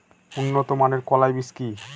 উন্নত মানের কলাই বীজ কি?